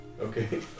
Okay